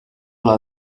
alla